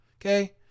okay